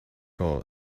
tornado